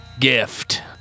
Gift